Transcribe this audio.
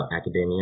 academia